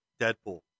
deadpool